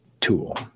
tool